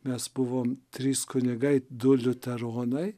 mes buvom trys kunigai du liuteronai